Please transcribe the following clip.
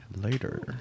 later